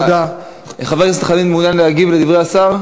ארגונים ידברו בשמי,